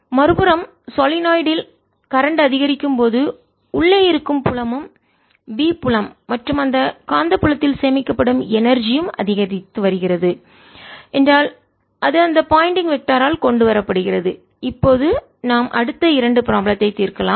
மறுபுறம் சொலினாய்டு இல் கரண்ட் மின்னோட்டம் அதிகரிக்கும் போது உள்ளே இருக்கும் புலமும் B புலம்மற்றும் அந்த காந்தப்புலத்தில் சேமிக்கப்படும் எனர்ஜி ஆற்றல் ம் அதிகரித்து வருகிறது என்றால் அது இந்த பாயிண்டிங் வெக்டர் ஆல் திசையன் கொண்டு வரப்படுகிறது இப்போது நாம் அடுத்த இரண்டு ப்ராப்ளத்தை தீர்க்கலாம்